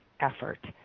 effort